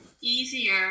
easier